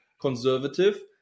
conservative